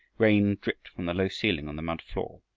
rain dripped from the low ceiling on the mud floor,